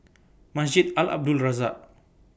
Masjid Al Abdul Razak